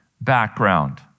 background